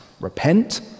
Repent